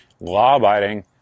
law-abiding